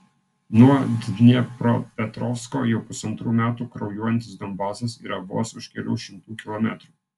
nuo dniepropetrovsko jau pusantrų metų kraujuojantis donbasas yra vos už kelių šimtų kilometrų